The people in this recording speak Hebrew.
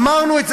אמרנו את זה,